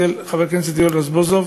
לחבר הכנסת יואל רזבוזוב,